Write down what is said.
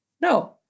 no